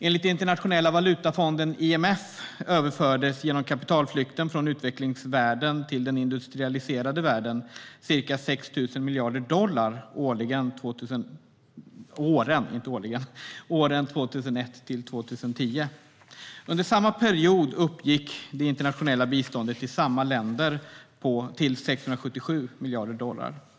Enligt Internationella valutafonden, IMF, överfördes genom kapitalflykten från utvecklingsvärlden till den industrialiserade världen ca 6 000 miljarder dollar åren 2001-2010. Under samma period uppgick det internationella biståndet till samma länder till 677 miljarder dollar.